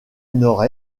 nord